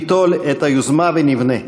ניטול את היוזמה ונבנה.